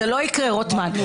זה לא יקרה, רוטמן.